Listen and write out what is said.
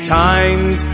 times